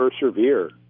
persevere